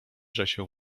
zbliża